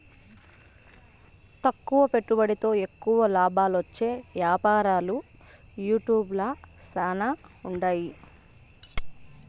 తక్కువ పెట్టుబడితో ఎక్కువ లాబాలొచ్చే యాపారాలు యూట్యూబ్ ల శానా ఉండాయి